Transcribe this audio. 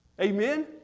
Amen